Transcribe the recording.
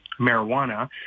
marijuana